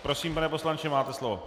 Prosím, pane poslanče, máte slovo.